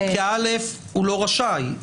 כי הוא לא רשאי.